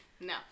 No